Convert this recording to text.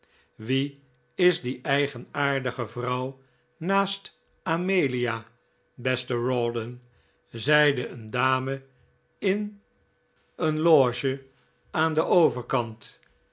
wie is die eigenaardige vrouw naast amelia beste rawdon zeide een dame in een loge aan den overkant